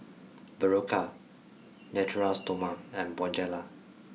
Berocca Natura Stoma and Bonjela